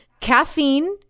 Caffeine